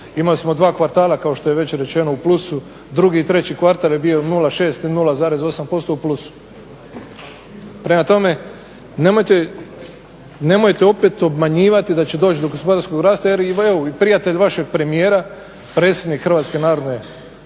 imali smo dva kvartala kao što je već rečeno u plusu, drugi i treći kvartal je bio 0,6 i 0,8% u plusu. Prema tome, nemojte opet obmanjivati da će doći do gospodarskog rasta jer evo i prijatelj vašeg premijera predsjednik HNB-a gospodin